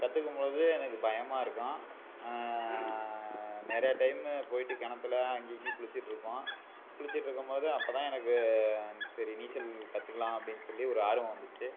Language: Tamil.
கற்றுக்கும் பொழுது எனக்கு பயமாக இருக்கும் நிறைய டைமு போய்விட்டு கிணத்துல அங்கிங்கேயும் குளிச்சுட்ருப்போம் குளிச்சுட்ருக்கும் போது அப்போ தான் எனக்கு சரி நீச்சல் கற்றுக்கலாம் அப்படின்னு சொல்லி ஒரு ஆர்வம் வந்துச்சு